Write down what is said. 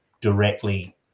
directly